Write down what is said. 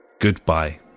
Goodbye